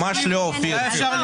ממש לא, אופיר.